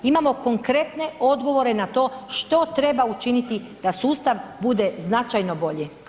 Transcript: Imamo konkretne odgovore na to što treba učiniti da sustav bude značajno bolje.